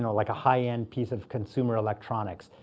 you know like a high-end piece of consumer electronics.